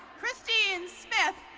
christine smith.